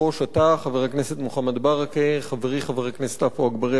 אחר כך אנחנו נעבור לחבר הכנסת גפני,